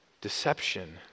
deception